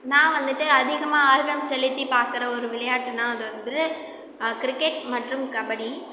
நான் வந்துவிட்டு அதிகமாக ஆர்வம் செலுத்தி பார்க்குற ஒரு விளையாட்டுன்னா அது வந்து கிரிக்கெட் மற்றும் கபடி